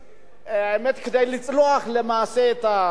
כדי לצלוח למעשה את הוועדות,